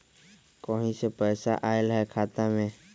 कहीं से पैसा आएल हैं खाता में?